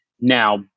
now